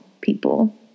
people